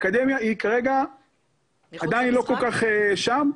האקדמיה כרגע עדיין לא כל כך שם.